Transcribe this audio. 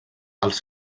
els